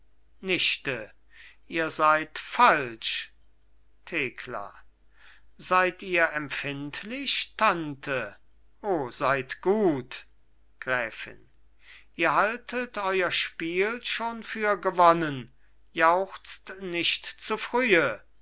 nichte ihr seid falsch thekla seid ihr empfindlich tante o seid gut gräfin ihr haltet euer spiel schon für gewonnen jauchzt nicht zu frühe